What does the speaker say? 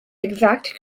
exact